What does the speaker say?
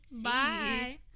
Bye